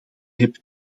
heb